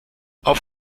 auf